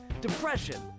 depression